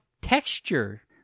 texture